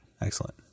Excellent